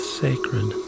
sacred